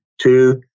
Two